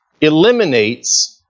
eliminates